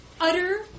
utter